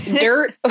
Dirt